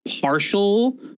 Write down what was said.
partial